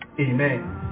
Amen